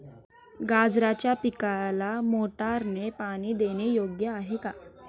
गाजराच्या पिकाला मोटारने पाणी देणे योग्य आहे का?